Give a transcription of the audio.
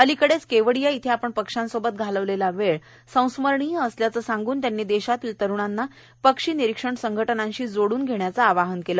अलिकडेच केवडिया इथं आपण पक्षांसोबत घालवलेला वेळ संस्मरणीय असल्याचं सांगून त्यांनी देशातल्या तरुणांना पक्षी निरीक्षण संघटनांशी जोडून घ्यायचं आवाहन त्यांनी केलं